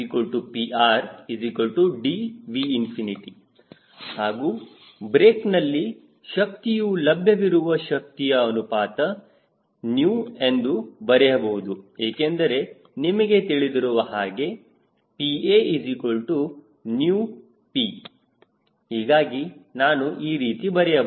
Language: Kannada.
PAPRDV ಹಾಗೂ ಬ್ರೇಕ್ನಲ್ಲಿ ಶಕ್ತಿಯು ಲಭ್ಯವಿರುವ ಶಕ್ತಿ ಅನುಪಾತ η ಎಂದು ಬರೆಯಬಹುದು ಏಕೆಂದರೆ ನಿಮಗೆ ತಿಳಿದಿರುವ ಹಾಗೆ PAP ಹೀಗಾಗಿ ನಾನು ಈ ರೀತಿ ಬರೆಯಬಹುದು